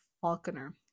Falconer